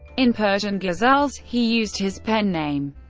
in persian ghazals he used his pen-name,